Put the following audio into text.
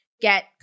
get